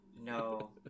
No